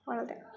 அவ்வளோதான்